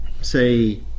say